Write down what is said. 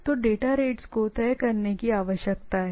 तो data rates को तय करने की आवश्यकता है